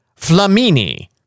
Flamini